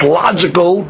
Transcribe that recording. logical